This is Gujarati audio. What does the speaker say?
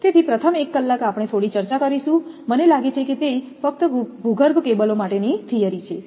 તેથી પ્રથમ 1 કલાક આપણે થોડી ચર્ચા કરીશું મને લાગે છે કે તે ફક્ત ભૂગર્ભ કેબલો માટે થિયરી છે